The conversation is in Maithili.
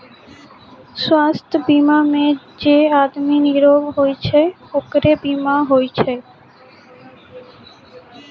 स्वास्थ बीमा मे जे आदमी निरोग होय छै ओकरे बीमा होय छै